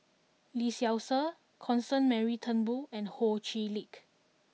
Lee Seow Ser Constance Mary Turnbull and Ho Chee Lick